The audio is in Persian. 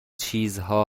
چیزها